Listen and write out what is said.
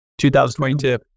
2022